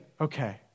okay